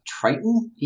Triton